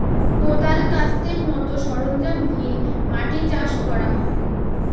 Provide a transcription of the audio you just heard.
কোদাল, কাস্তের মত সরঞ্জাম দিয়ে মাটি চাষ করা হয়